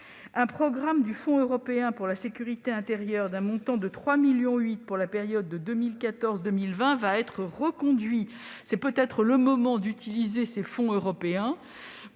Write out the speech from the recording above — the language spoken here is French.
Un programme du Fonds européen pour la sécurité intérieure (FSI), doté de 3,8 millions d'euros pour la période 2014-2020, va être reconduit. Peut-être est-ce le moment d'utiliser ces fonds européens